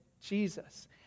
Jesus